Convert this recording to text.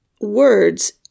words